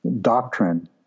doctrine